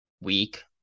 week